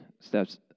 steps